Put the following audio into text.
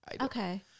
Okay